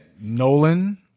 Nolan